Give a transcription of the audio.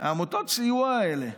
עמותות הסיוע האלה,